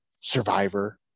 survivor